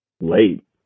Late